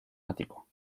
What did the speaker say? ático